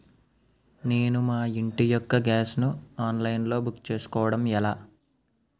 నేను మా ఇంటి యెక్క గ్యాస్ ను ఆన్లైన్ లో బుక్ చేసుకోవడం ఎలా?